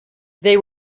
they